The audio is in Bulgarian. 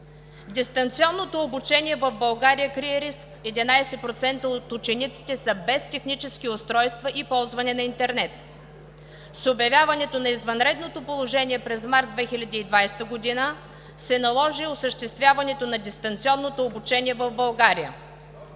Дистанционното обучение в България крие риск – 11% от учениците са без технически устройства и ползване на интернет. С обявяването на извънредното положение през март 2020 г. се наложи осъществяването на дистанционното обучение в България.